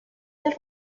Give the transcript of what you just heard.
del